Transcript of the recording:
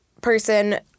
person